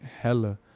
hella